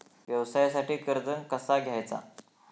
व्यवसायासाठी कर्ज कसा घ्यायचा?